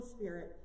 Spirit